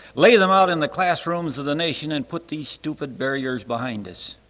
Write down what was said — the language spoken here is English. lay them out in the classrooms of the nation and put these stupid barriers behind us.